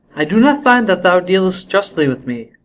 i do not find that thou dealest justly with me.